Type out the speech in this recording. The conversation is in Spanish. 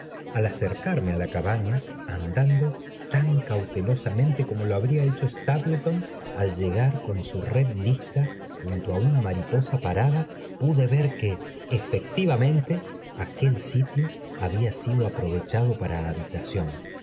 ai acercarme á la cabaña andando tan cautelesamente como lo habría hecho stapleton al lie gar oon su red lista junto á una mariposa parada pude ver que efectivamente aquel sitio habla sido aprovechado para habitación